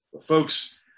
Folks